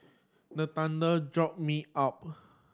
the thunder jolt me up